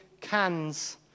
cans